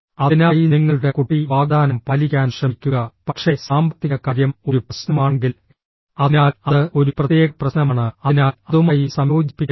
അതിനായി നിങ്ങളുടെ കുട്ടി വാഗ്ദാനം പാലിക്കാൻ ശ്രമിക്കുക പക്ഷേ സാമ്പത്തിക കാര്യം ഒരു പ്രശ്നമാണെങ്കിൽ അതിനാൽ അത് ഒരു പ്രത്യേക പ്രശ്നമാണ് അതിനാൽ അതുമായി സംയോജിപ്പിക്കരുത്